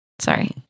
Sorry